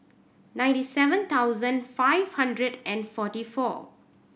ninety seven thousand five hundred and forty four